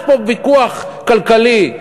יש פה ויכוח כלכלי,